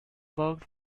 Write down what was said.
worked